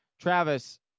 Travis